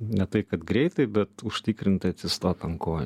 ne tai kad greitai bet užtikrintai atsistot ant kojų